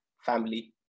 Family